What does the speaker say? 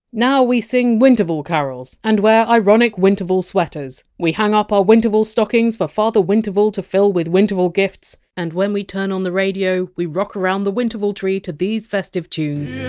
now we sing winterval carols and wear ironic winterval sweaters we hang up our winterval stockings for father winterval to fill with winterval gifts and when we turn on the radio, we rock around the winterval tree to these festive tunes